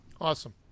Awesome